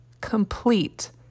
complete